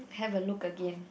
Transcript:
have a look again